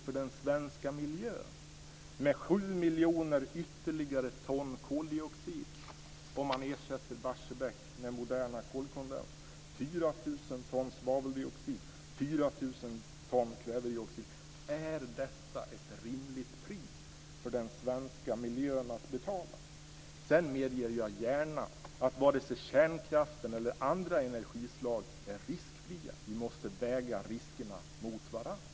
Tycker statsrådet att 7 miljoner ytterligare ton koldioxid om man ersätter Barsebäck med moderna kolkondensverk, 4 000 ton svaveldioxid, 4 000 ton kväveoxid är ett rimligt pris att betala för den svenska miljön? Sedan medger jag gärna att vare sig kärnkraften eller andra energislag är riskfria. Vi måste väga riskerna mot varandra.